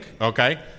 Okay